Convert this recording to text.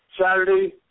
Saturday